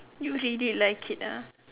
you really like it ah